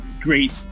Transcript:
great